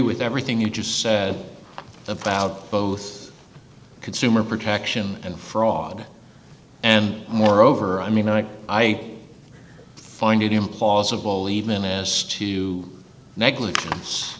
with everything you just said about both consumer protection and fraud and moreover i mean i i find it implausible even as to negligence